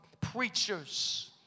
preachers